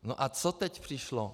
No a co teď přišlo?